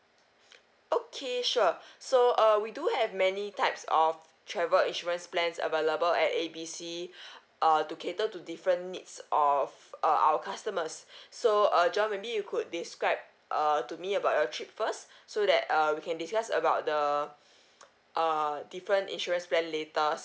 okay sure so uh we do have many types of travel insurance plans available at A B C uh to cater to different needs of uh our customers so uh john maybe you could describe err to me about your trip first so that err we can discuss about the err different insurance plan later